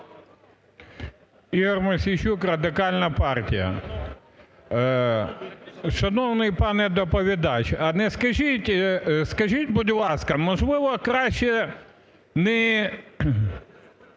Ігор Мосійчук, Радикальна партія. Шановний пане доповідач, скажіть, будь ласка, можливо, краще не